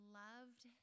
loved